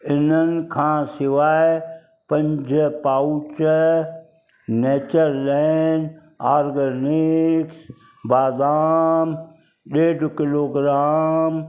इनखां सवाइ पंज पाउच नेचरलैंड ऑर्गेनिक बादाम ॾेढु किलोग्राम